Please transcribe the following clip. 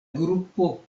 grupo